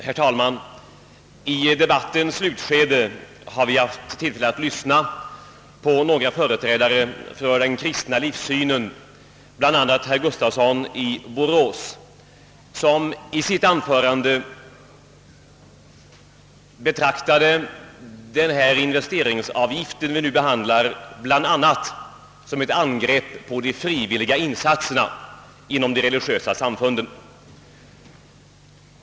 Herr talman! I debattens slutskede har vi haft tillfälle att lyssna på några företrädare för den kristna livssynen. En av dessa, herr Gustafsson i Borås, betraktade den föreslagna investeringsavgiften som ett angrepp på de frivilliga insatserna inom de religiösa samfunden.